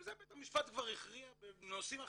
עם זה בית המשפט כבר הכריע בנושאים אחרים.